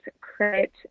credit